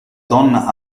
donna